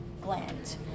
gland